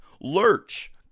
Lurch